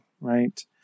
right